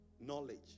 knowledge